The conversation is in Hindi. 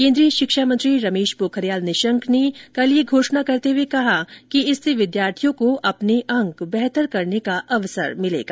केंद्रीय शिक्षा मंत्री रमेश पोखरियाल निशंक ने कल यह घोषणा करते हुए कहा कि इससे विद्यार्थियों को अपने अंक बेहतर करने का अवसर मिलेगा